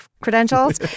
credentials